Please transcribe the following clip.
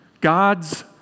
God's